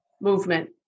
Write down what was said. movement